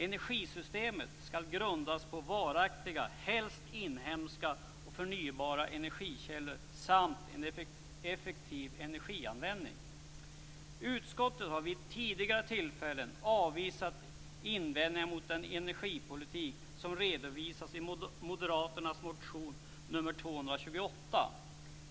Energisystemet skall grundas på varaktiga, helst inhemska, och förnybara energikällor samt en effektiv energianvändning. Utskottet har vid tidigare tillfällen avvisat invändningar mot en energipolitik som redovisas i moderaternas motion 1998/99:N228.